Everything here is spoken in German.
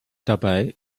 dabei